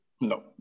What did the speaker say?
no